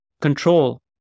control